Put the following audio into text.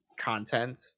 content